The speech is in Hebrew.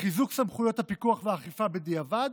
לחיזוק סמכויות הפיקוח והאכיפה בדיעבד,